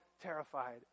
terrified